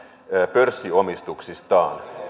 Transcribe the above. pörssiomistuksistaan